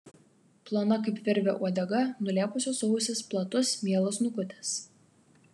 plona kaip virvė uodega nulėpusios ausys platus mielas snukutis